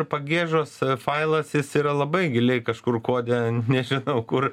ir pagiežos failas jis yra labai giliai kažkur kode nežinau kur